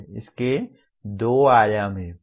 इसके दो आयाम हैं